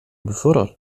befördert